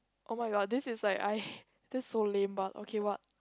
oh-my-god this is like I this is so lame but okay what